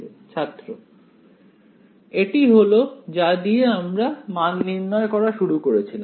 ছাত্র এটি হলো যা দিয়ে আমরা মান নির্ণয় করা শুরু করেছিলাম